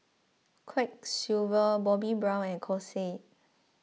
Quiksilver Bobbi Brown and Kose